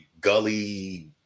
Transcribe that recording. gully